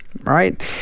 right